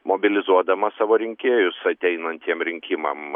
mobilizuodamas savo rinkėjus ateinantiem rinkimam